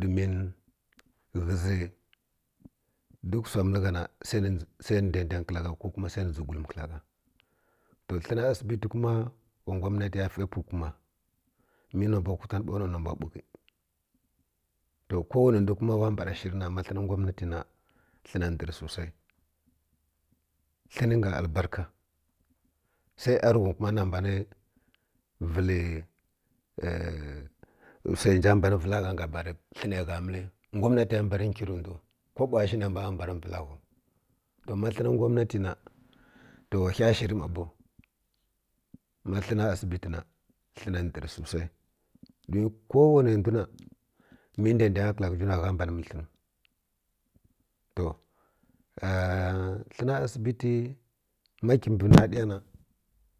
Domin ghə zi duk wsu məl gha na sai ni daidang kələ gha ko sai dʒi gulm kəla gha to hə na asibi tə kuma wa ngwaminatya fə pilə kuma mi numba gutam bow na numbu bukə to ko wanə ndw kuna ira bara shi rə ma hə na ngwamnufə na həna ndərə susai tə hən nga al barka sui yarighum kuna na mbami vilə wsai nja mbani vəla gha nga bu rə hə nə gha məli ngwamtə ya mbuni nkirə ndwi koɓo wa shiw nə mbw mba ni ni mbw vəla ghaw to ma hə na ngwaminate ne to wa ghəy shit ma bəw ma hə na asibi tə na hə ndəri susal don ko wanə d ndwi ra mi daidang kəl ghə ndiw na gha mbain məl həl nwi to hə na asibi tə ma kəmbi na diya na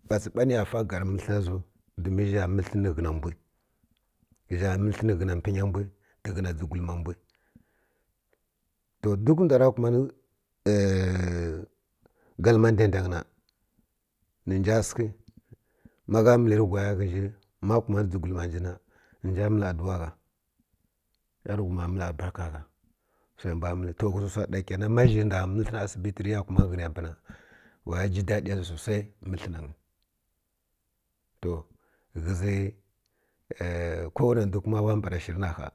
batsi ba ni ya fa gar ra ziw domin zha məl hən rə ghə na mbwi zha məl hən rə ghə na pənya mbwi do to duk ndw ra kumani galamu daidang na ni nja sekə mu gha mi lərə irhai ghə nji ma dəi gul ma nji na na nja məl aduwa gha ni yarighun məl əbarka gha wsa mbw məl ghə zi wsa ɗa kenan ma zhi ndw məl təl na asibi tə rə ya kumani ohə niya mbi na wa ji da ɗiya zi susai mbə hən ngyi to ghə gi ko wane a ndw kuma wa mbra shir na ha